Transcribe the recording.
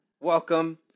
welcome